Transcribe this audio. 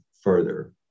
further